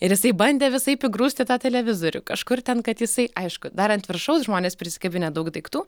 ir jisai bandė visaip įgrūsti tą televizorių kažkur ten kad jisai aišku dar ant viršaus žmonės prisikabinę daug daiktų